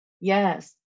Yes